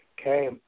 okay